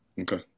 okay